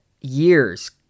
years